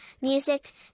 music